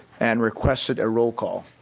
and requested a rollcall.